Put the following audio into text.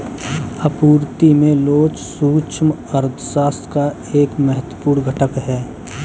आपूर्ति में लोच सूक्ष्म अर्थशास्त्र का एक महत्वपूर्ण घटक है